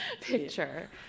picture